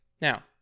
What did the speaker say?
Now